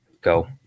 go